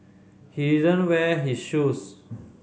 he didn't wear his shoes